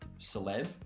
celeb